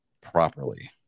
properly